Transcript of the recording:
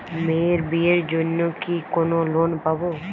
মেয়ের বিয়ের জন্য কি কোন লোন পাব?